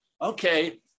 Okay